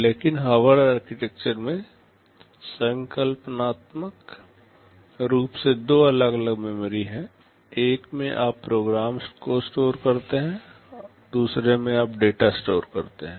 लेकिन Harvard architecture में संकल्पनात्मक रूप से दो अलग अलग मेमोरी हैं एक में आप प्रोग्राम को स्टोर करते हैं दूसरे में आप डेटा स्टोर करते हैं